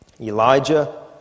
Elijah